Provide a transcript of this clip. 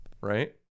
right